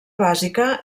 bàsica